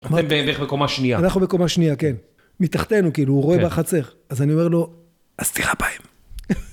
אתם דרך מקומה שנייה. אנחנו בקומה שנייה, כן. מתחתנו, כאילו, הוא רואה בחצר, אז אני אומר לו, אז תירה בהם.